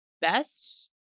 best